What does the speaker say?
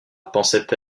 pensait